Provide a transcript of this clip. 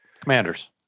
Commanders